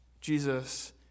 Jesus